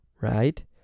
Right